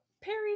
Perry